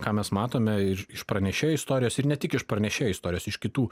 ką mes matome ir iš pranešėjo istorijos ir ne tik iš pranešėjo istorijos iš kitų